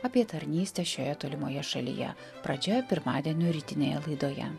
apie tarnystę šioje tolimoje šalyje pradžioje pirmadienio rytinėje laidoje